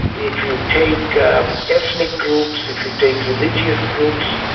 if you take um ethnic groups, if you take religious groups,